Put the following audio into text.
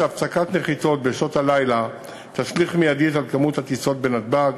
הפסקת נחיתות בשעות הלילה תשליך מייד על כמות הטיסות בנתב"ג,